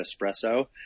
espresso